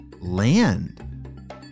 land